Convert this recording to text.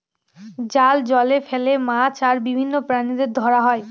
জাল জলে ফেলে মাছ আর বিভিন্ন প্রাণীদের ধরা হয়